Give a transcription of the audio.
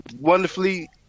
wonderfully